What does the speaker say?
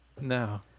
No